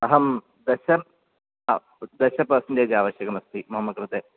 अहं दश दश पर्सण्टेज् आवश्यकमस्ति मम कृते